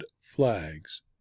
flags